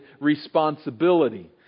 responsibility